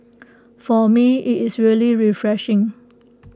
for me IT is really refreshing